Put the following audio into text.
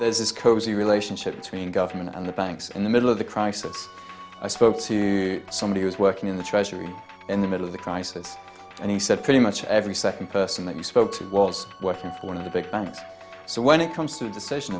this is cozy relationship between government and the banks in the middle of the crisis i spoke to somebody who was working in the treasury in the middle of the crisis and he said pretty much every second person that you spoke to was working for one of the big banks so when it comes to decision